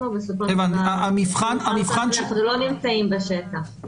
אנחנו בסופו של דבר לא נמצאים בשטח,